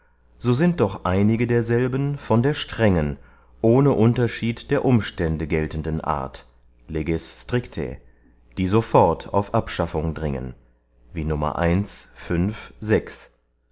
so sind doch einige derselben von der strengen ohne unterschied der umstände geltenden art leges strictae die so fort auf abschaffung dringen